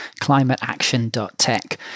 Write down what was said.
climateaction.tech